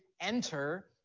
enter